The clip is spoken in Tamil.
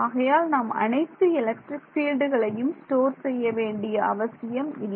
ஆகையால் நாம் அனைத்து எலக்ட்ரிக் ஃபீல்டுகளையும் ஸ்டோர் செய்ய வேண்டிய அவசியம் இல்லை